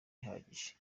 ihagije